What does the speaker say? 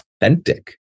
authentic